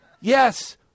Yes